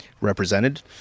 represented